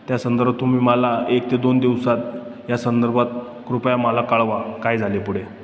त्या संदर्भात तुम्ही मला एक ते दोन दिवसात या संदर्भात कृपया मला कळवा काय झाले पुढे